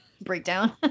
breakdown